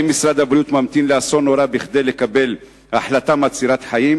האם משרד הבריאות ממתין לאסון נורא כדי לקבל החלטה מצילת חיים?